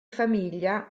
famiglia